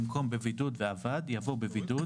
במקום "בבידוד ועבד" יבוא "בבידוד,